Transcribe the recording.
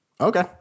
Okay